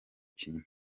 kintu